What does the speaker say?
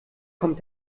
kommt